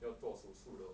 要做手术的